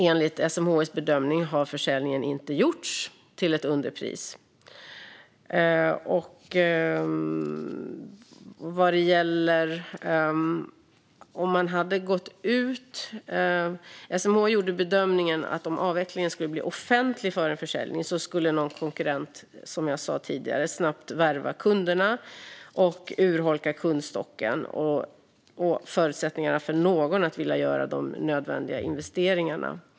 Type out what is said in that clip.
Enligt SMHI:s bedömning har försäljningen inte gjorts till ett underpris. SMHI gjorde bedömningen att om avvecklingen skulle bli offentlig före försäljningen skulle, som jag sa tidigare, någon konkurrent snabbt kunna värva kunderna och därmed urholka kundstocken och förutsättningarna för de nödvändiga investeringarna.